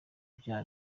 bya